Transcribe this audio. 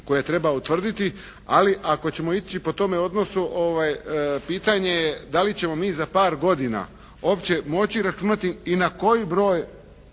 koje treba utvrditi. Ali ako ćemo ići po tome odnosu pitanje je dali ćemo mi za par godina uopće moći računati i na koji broj